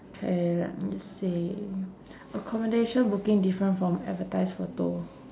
K let me see accommodation booking different from advertise photo